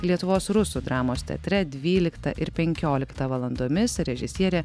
lietuvos rusų dramos teatre dvyliktą ir penkioliktą valandomis režisierė